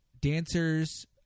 dancers